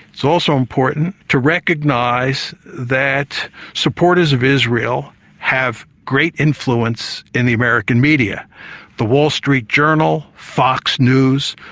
it's also important to recognise that supporters of israel have great influence in the american media the wall street journal, fox news,